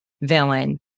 villain